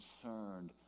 concerned